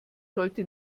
sollte